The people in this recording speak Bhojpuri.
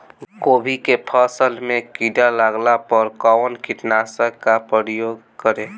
गोभी के फसल मे किड़ा लागला पर कउन कीटनाशक का प्रयोग करे?